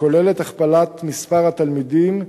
הכוללת הכפלת מספר התלמידים,